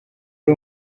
ari